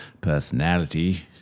personality